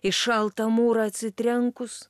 į šaltą mūrą atsitrenkus